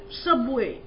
subway